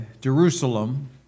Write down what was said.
Jerusalem